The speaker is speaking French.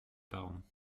parens